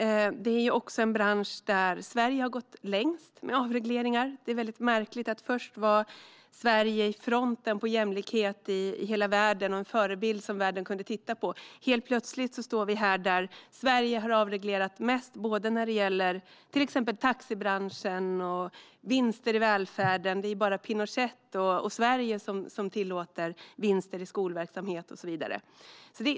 Även det är en bransch där Sverige har gått längst med avregleringar. Det är väldigt märkligt - först var Sverige i fronten i hela världen när det gäller jämlikhet, och en förebild som världen kunde titta på, och helt plötsligt har Sverige avreglerat mest när det gäller till exempel taxibranschen och vinster i välfärden. Det är bara Pinochet och Sverige som tillåter vinster i skolverksamhet och så vidare.